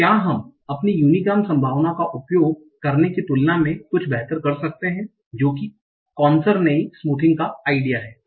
तो क्या हम उनकी यूनीग्राम संभावनाओं का उपयोग करने की तुलना में कुछ बेहतर कर सकते हैं जो कि नेसर नी स्मूथिंग का आइडिया है